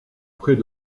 près